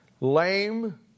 Lame